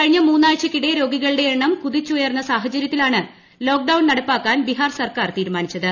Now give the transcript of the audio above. കഴിഞ്ഞ മൂന്നാ്ഴ്ച്ചയ്ക്കിടെ രോഗികളുടെ എണ്ണം കുതിച്ചുയർന്ന സാഹചര്യത്തിലാണ് ലോക്ഡൌൺ നടപ്പാക്കാൻ ബീഹാർ സർക്കാർ തീർുമാനിച്ചത്